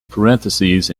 parentheses